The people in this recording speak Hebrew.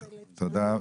תודה,